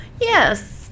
Yes